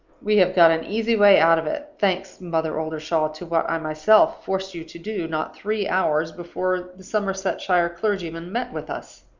we have got an easy way out of it thanks, mother oldershaw, to what i myself forced you to do, not three hours before the somersetshire clergyman met with us.